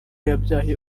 yabyaye